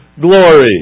glory